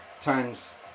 times